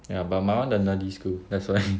ya but my [one] the nerdy school that's why